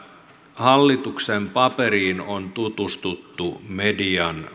hallituksen paperiin on tutustuttu median